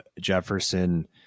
Jefferson